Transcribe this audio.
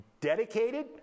dedicated